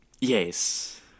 Yes